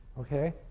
Okay